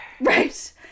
Right